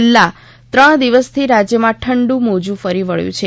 છેલ્લાં ત્રણ દિવસથી રાજ્યમાં ઠંડીનું મોજું ફરી વળ્યું છે